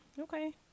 okay